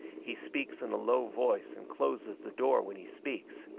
he speaks in a low voice and closes the door when he speaks.